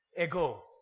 Ego